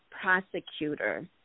prosecutor